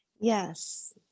yes